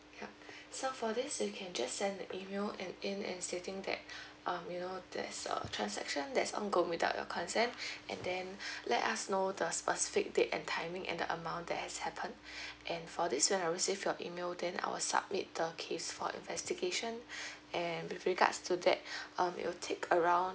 yup so for this you can just send the email and in and stating that um you know there's a transaction that's ongoing without your consent and then let us know the specific date and timing and the amount that has happened and for this when I receive your email then I'll submit the case for investigation and with regards to that um it will take around